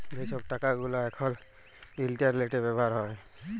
যে ছব টাকা গুলা এখল ইলটারলেটে ব্যাভার হ্যয়